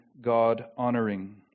God-honoring